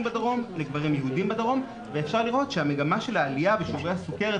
בדרום לגברים יהודים בדרום ואפשר לראות שמגמת העלייה בשיעורי הסכרת